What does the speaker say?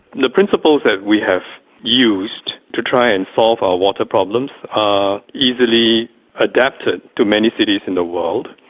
the principles that we have used to try and solve our water problems are easily adapted to many cities in the world.